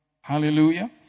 Hallelujah